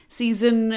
season